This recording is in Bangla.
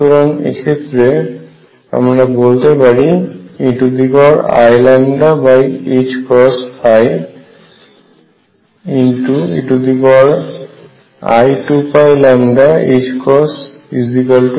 সুতরাং এক্ষেত্রে আমরা বলতে পারি eiλ ei2πλ eiλ